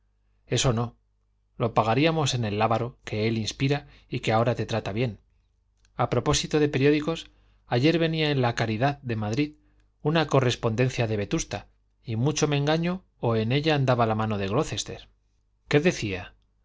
eso no lo pagaríamos en el lábaro que él inspira y que ahora te trata bien a propósito de periódicos ayer venía en la caridad de madrid una correspondencia de vetusta y mucho me engaño o en ella andaba la mano de glocester qué decía